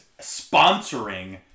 sponsoring